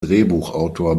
drehbuchautor